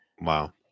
Wow